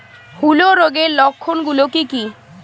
হূলো রোগের লক্ষণ গুলো কি কি?